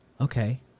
Okay